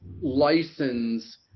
license